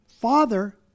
father